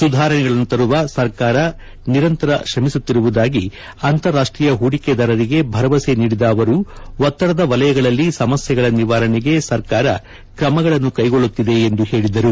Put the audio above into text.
ಸುಧಾರಣೆಗಳನ್ನು ತರಲು ಸರ್ಕಾರ ನಿರಂತರ ಶ್ರಮಿಸುತ್ತಿರುವುದಾಗಿ ಅಂತಾರಾಷ್ಟೀಯ ಹೂಡಿಕೆದಾರರಿಗೆ ಭರವಸೆ ನೀಡಿದ ಅವರು ಒತ್ತಡದ ವಲಯಗಳಲ್ಲಿ ಸಮಸ್ಯೆಗಳ ನಿವಾರಣೆಗೆ ಸರ್ಕಾರ ಕ್ರಮಗಳನ್ನು ಕೈಗೊಳ್ಳುತ್ತಿದೆ ಎಂದು ಹೇಳಿದರು